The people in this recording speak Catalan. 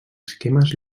esquemes